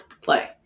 play